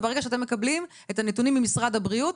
וברגע שאתם מקבלים את הנתונים ממשרד הבריאות,